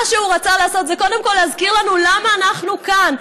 מה שהוא רצה לעשות זה קודם כול להזכיר לנו למה אנחנו כאן.